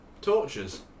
torches